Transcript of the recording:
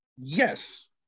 Yes